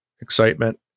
excitement